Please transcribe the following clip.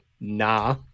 nah